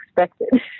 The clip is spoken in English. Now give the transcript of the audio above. expected